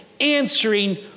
answering